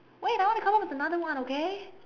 wait I wanna come up with another one okay